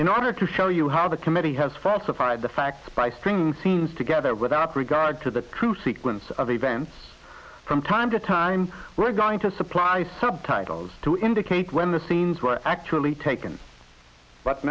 in order to show you how the committee has faster find the facts by stringing scenes together without regard to the true sequence of events from time to time we're going to supply subtitles to indicate when the scenes were actually taken but